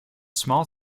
small